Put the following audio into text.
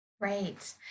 Great